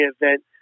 event